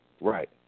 Right